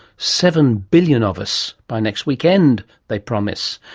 seven billion of us by next weekend they promise.